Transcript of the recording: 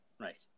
right